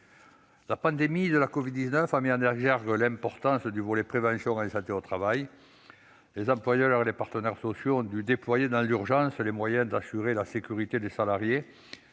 La pandémie de la covid-19 a mis en exergue l'importance du volet de prévention en santé au travail. Les employeurs et les partenaires sociaux ont dû déployer dans l'urgence les moyens d'assurer la sécurité des salariés